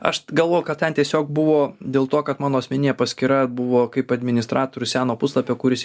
aš galvoju kad ten tiesiog buvo dėl to kad mano asmeninė paskyra buvo kaip administratorius seno puslapio kuris